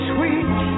Sweet